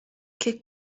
che